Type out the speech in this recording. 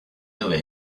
over